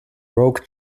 rogue